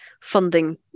funding